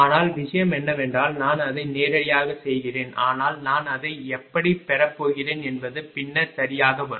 ஆனால் விஷயம் என்னவென்றால் நான் அதை நேரடியாக செய்கிறேன் ஆனால் நான் அதை எப்படிப் பெறப் போகிறேன் என்பது பின்னர் சரியாக வரும்